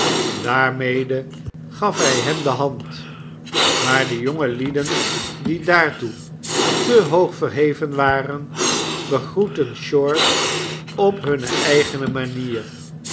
daarmede gaf hij hem de hand maar de jonge lieden die daartoe te hoog verheven waren begroetten short op hunne eigene manier